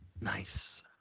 Nice